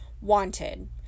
wanted